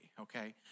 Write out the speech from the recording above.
okay